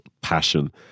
passion